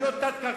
גם לא תת-קרקעית,